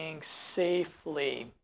safely